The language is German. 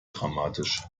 dramatisch